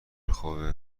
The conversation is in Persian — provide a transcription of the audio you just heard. خوابه